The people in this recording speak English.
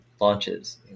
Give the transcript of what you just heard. launches